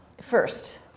first